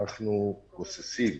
אנחנו גוססים.